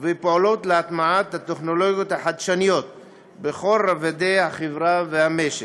ופועלות להטמעת הטכנולוגיות החדשניות בכל רובדי החברה והמשק.